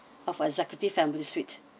of executive family suite